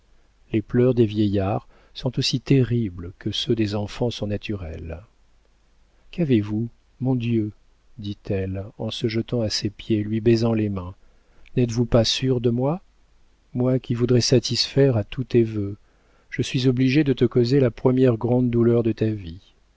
les pleurs des vieillards sont aussi terribles que ceux des enfants sont naturels qu'avez-vous mon dieu dit-elle en se jetant à ses pieds et lui baisant les mains n'êtes-vous pas sûr de moi moi qui voudrais satisfaire à tous tes vœux je suis obligé de te causer la première grande douleur de ta vie